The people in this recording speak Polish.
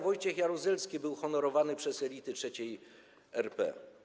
Wojciech Jaruzelski był honorowany przez elity III RP.